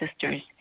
sisters